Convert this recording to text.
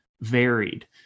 varied